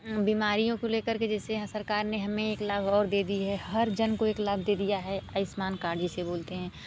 बीमारियों को लेकर के जैसे है सरकार ने हमें एक लाभ और दे दी है हर जन को एक लाख दे दिया है आयुष्मान कार्ड जिसे बोलते हैं